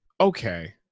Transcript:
Okay